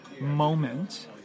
moment